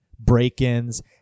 break-ins